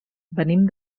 venim